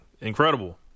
Incredible